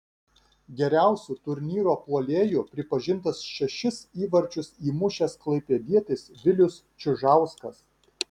geriausiu turnyro puolėju pripažintas šešis įvarčius įmušęs klaipėdietis vilius čiužauskas